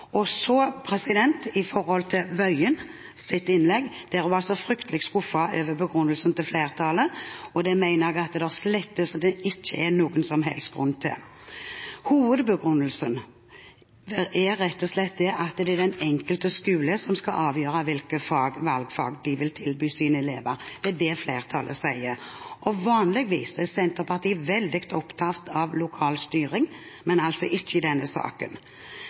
Og så til Tingelstad Wøiens innlegg, der hun var så fryktelig skuffet over begrunnelsen til flertallet: Det mener jeg det slett ikke er noen som helst grunn til å være. Hovedbegrunnelsen er rett og slett at det er den enkelte skole som skal avgjøre hvilke valgfag de vil tilby sine elever. Det er det flertallet sier. Vanligvis er Senterpartiet veldig opptatt av lokal styring, men altså ikke i denne saken.